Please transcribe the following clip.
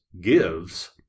gives